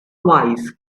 wise